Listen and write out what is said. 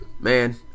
Man